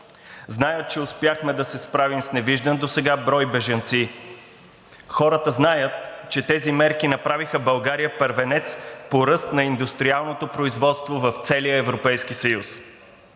Знаят, че успяхме да се справим с невиждан досега брой бежанци. Хората знаят, че тези мерки направиха България първенец по ръст на индустриалното производство в целия Европейски съюз.